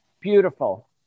beautiful